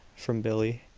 from billie.